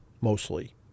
mostly